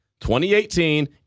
2018